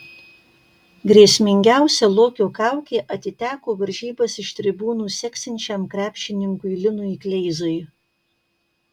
grėsmingiausia lokio kaukė atiteko varžybas iš tribūnų seksiančiam krepšininkui linui kleizai